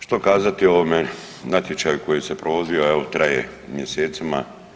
Što kazati o ovome natječaju koji se provodio, a on traje mjesecima.